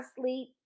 sleep